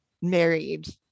married